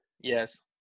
Yes